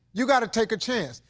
you've got to take a chance.